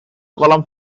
column